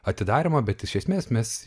atidarymo bet iš esmės mes